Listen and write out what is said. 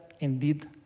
indeed